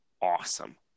Awesome